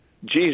Jesus